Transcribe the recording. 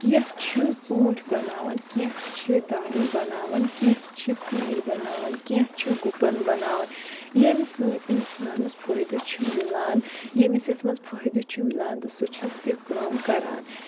کینٛہہ چھِ ژوٗنٛٹھۍ بَناوان کینٛہہ چھِ دانہِ بَناوان کینٛہہ چھِ تیٖر بَناوان کینٛہہ چھِ گُپَن بَناوان ییٚمہِ سۭتۍ اِنسانَس فٲیِدٕ چھ مِلان یٔمِس یَتھ منٛز فٲیِدٕ چھُ مِلان تہٕ سُہ چھُ تہِ کَران